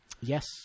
Yes